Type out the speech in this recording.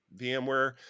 VMware